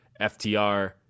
FTR